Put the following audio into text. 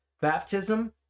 baptism